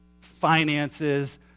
finances